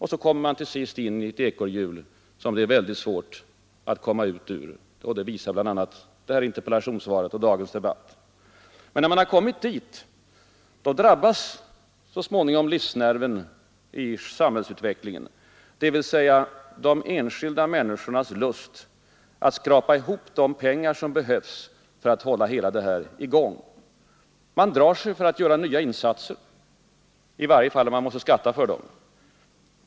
Man kommer då till sist in i ett ekorrhjul, som det är mycket svårt att komma ut ur. Det visar bl.a. interpellationssvaret och dagens debatt. Och när man har kommit dithän då drabbas till sist själva livsnerven i samhällsutvecklingen, dvs. de enskilda människornas lust att skrapa ihop de pengar som behövs för att hålla det hela i gång. Man drar sig för att göra nya insatser — i varje fall om man måste skatta för dem.